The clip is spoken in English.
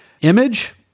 Image